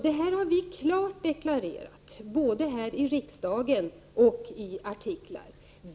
Vi har klart deklarerat denna vår uppfattning både här i riksdagen och i artiklar.